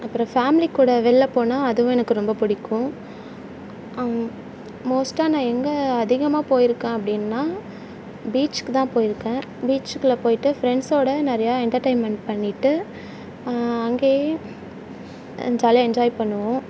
அப்புறம் ஃபேமிலி கூட வெளில போனால் அதுவும் எனக்கு ரொம்ப பிடிக்கும் மோஸ்ட்டாக நான் எங்கே அதிகமாக போயிருக்கேன் அப்படின்னா பீச்க்கு தான் போயிருக்கேன் பீச்சில் போயிட்டு ஃப்ரெண்ட்ஸோடய நிறையா என்டர்டைன்மெண்ட் பண்ணிகிட்டு அங்கேயே ஜாலியாக என்ஜாய் பண்ணுவோம்